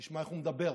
תשמע איך הוא מדבר.